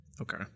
Okay